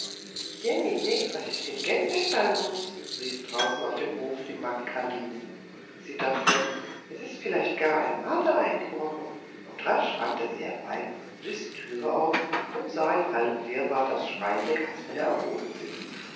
was ist im gänsestall los rief draußen auf dem hof die magd karline sie dachte es ist vielleicht gar ein marder eingebrochen und rasch rannte sie herbei riß die türe auf und sah in allem wirrwarr das schreiende kasperle am boden sitzen